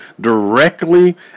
directly